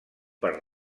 per